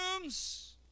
rooms